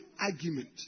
argument